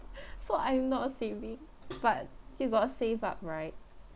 so I'm not saving but you got to save up right